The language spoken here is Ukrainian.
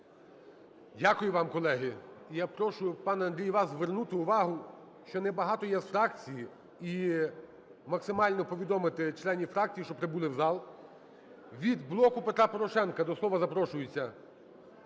Дякую вам, колеги. І я прошу, пане Андрію, вас звернути увагу, що небагато є з фракції, і максимально повідомити членів фракції, щоб прибули в зал. Від "Блоку Петра Порошенка" до слова запрошується…